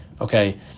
okay